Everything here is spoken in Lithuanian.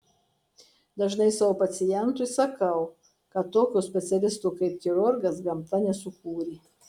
dažnai savo pacientui sakau kad tokio specialisto kaip chirurgas gamta nesukūrė